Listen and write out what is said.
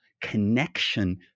connection